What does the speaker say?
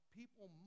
people